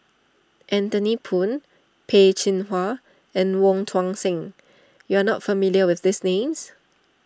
Anthony Poon Peh Chin Hua and Wong Tuang Seng you are not familiar with these names